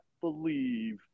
believe